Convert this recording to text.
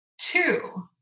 Two